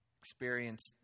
experience